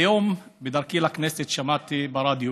היום, בדרכי לכנסת, שמעתי ברדיו